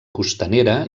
costanera